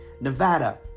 Nevada